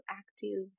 active